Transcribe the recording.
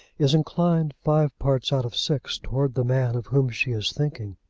is inclined five parts out of six towards the man of whom she is thinking.